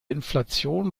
inflation